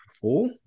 four